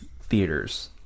theaters